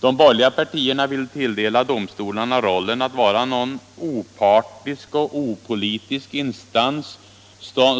De borgerliga partierna vill tilldela domstolarna rollen att vara något slags opartisk och opolitisk instans,